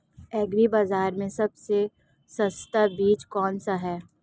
Agree बाज़ार में सबसे सस्ता बीज कौनसा है?